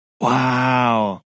Wow